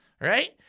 right